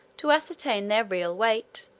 to ascertain their real weight